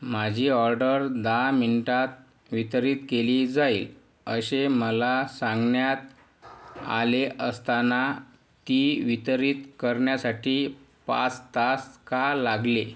माझी ऑर्डर दहा मिन्टात वितरित केली जाईल असे मला सांगण्यात आले असताना ती वितरित करण्यासाठी पाच तास का लागले